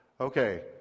okay